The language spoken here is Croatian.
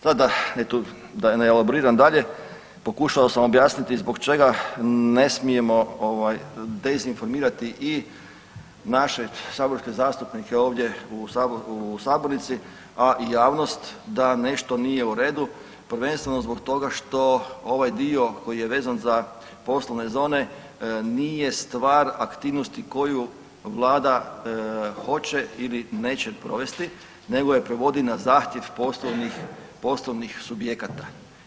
Sad da ne elaboriram dalje, pokušao sam objasniti zbog čega ne smijemo dezinformirati i naše saborske zastupnike ovdje u sabornici, a i javnost da nešto nije u redu, prvenstveno zbog toga što ovaj dio koji je vezan za poslovne zone nije stvar aktivnosti koje Vlada hoće ili neće provesti nego je provodi na zahtjev poslovnih subjekata.